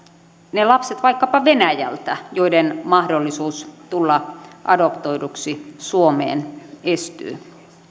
vaikkapa venäjältä joiden mahdollisuus tulla adoptoiduksi suomeen estyy